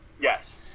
Yes